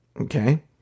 Okay